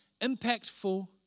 impactful